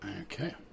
okay